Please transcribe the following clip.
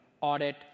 audit